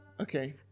okay